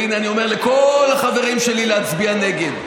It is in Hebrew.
והינה, אני אומר לכל החברים שלי להצביע נגד.